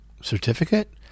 certificate